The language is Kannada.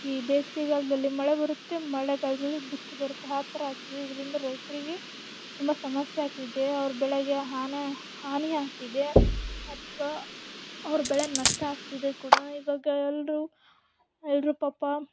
ಈ ಬೇಸಿಗೆಗಾಲ್ದಲ್ಲಿ ಮಳೆ ಬರುತ್ತೆ ಮಳೆಗಾಲದಲ್ಲಿ ಬಿಸಿಲು ಬರುತ್ತೆ ಆ ಥರ ಆಗ್ತಿದೆ ಇದರಿಂದ ರೈತರಿಗೆ ತುಂಬ ಸಮಸ್ಯೆ ಆಗ್ತಿದೆ ಅವ್ರ ಬೆಳೆಗೆ ಹಾನಿ ಹಾನಿ ಆಗ್ತಿದೆ ಅಥವಾ ಅವ್ರ ಬೆಳೆ ನಷ್ಟ ಆಗ್ತಿದೆ ಕೂಡ ಇವಾಗ ಎಲ್ಲರೂ ಎಲ್ಲರೂ ಪಾಪ